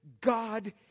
God